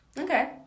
okay